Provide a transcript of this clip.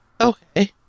okay